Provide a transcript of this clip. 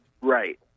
Right